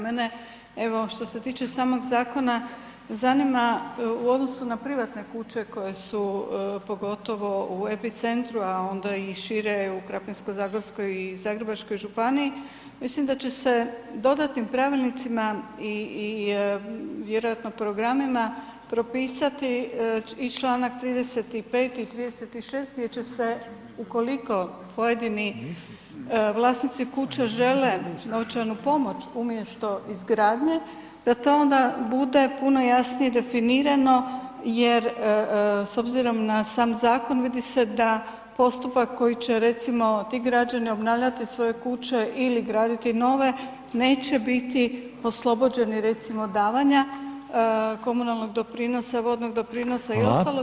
Mene evo što se tiče samog zakona zanima u odnosu na privatne kuće koje su, pogotovo u epicentru, a onda i šire u Krapinsko-zagorskoj i Zagrebačkoj županiji, mislim da će se dodatnim pravilnicima i vjerojatno programima propisati i čl. 35. i 36. gdje će se ukoliko pojedini vlasnici kuća žele novčanu pomoć umjesto izgradnje da to onda bude puno jasnije definirano jer s obzirom na sam zakon vidi se da postupak koji će recimo ti građani obnavljati svoje kuće ili graditi nove, neće biti oslobođeni recimo davanja komunalnog doprinosa, vodnog doprinosa [[Upadica: Hvala]] i ostalog.